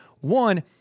One